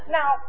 Now